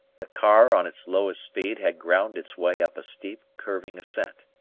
the car on its lowest speed had ground its way up a steep, curving ascent.